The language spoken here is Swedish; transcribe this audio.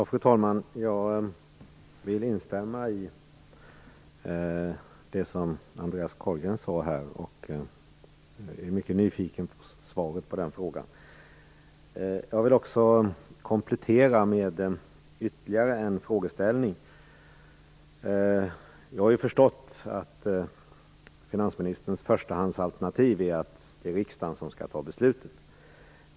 Fru talman! Jag vill instämma i det som Andreas Carlgren sade. Jag är mycket nyfiken på svaret på frågan. Jag vill också komplettera med ytterligare en frågeställning. Jag har förstått att finansministerns förstahandsalternativ är att det är riksdagen som skall fatta beslutet.